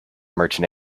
merchant